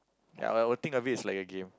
ya I will think of it like is a game